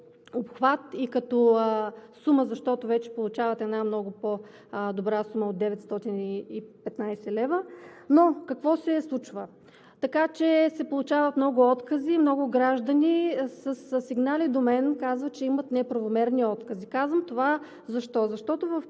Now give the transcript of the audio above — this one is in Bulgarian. обхват и като сума, защото вече получават една много по-добра сума от 915 лв., какво се случва, така че се получават много откази? Много граждани със сигнали до мен казват, че имат неправомерни откази. Защо казвам това? Защото в